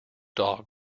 dog